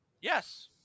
Yes